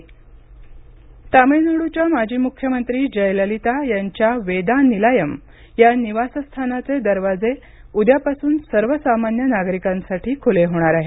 वेदा नीलायम तामिळनाडूच्या माजी मुख्यमंत्री जयललिता यांच्या वेदा नीलायम या निवासस्थानाचे दरवाजे उद्यापासून सर्वसामान्य नागरिकांसाठी खुले होणार आहेत